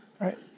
Right